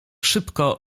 szybko